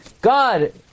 God